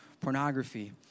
pornography